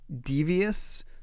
devious